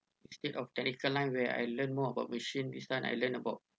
instead of technical line where I learn more about machine this one I learn about